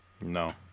No